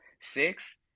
Six